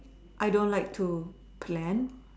I don't like to plan